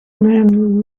man